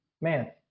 Man